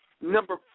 Number